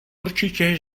určitě